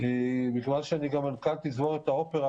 הוא אפילו לא מבקש את הכסף חזרה כרגע,